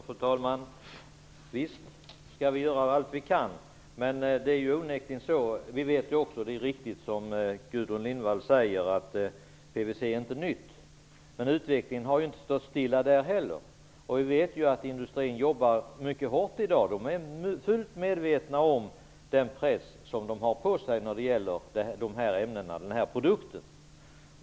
Fru talman! Visst skall vi göra allt vad vi kan, och det är onekligen så som Gudrun Lindvall säger, att PVC inte är nytt. Men utvecklingen har inte heller på den punkten stått stilla, och vi vet att industrin i dag jobbar mycket hårt med detta. Den är mycket medveten om den press som den har på sig när det gäller de här ämnena och produkterna.